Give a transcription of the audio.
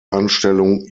anstellung